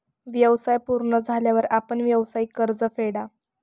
व्यवसाय पूर्ण झाल्यावर आपण व्यावसायिक कर्ज फेडा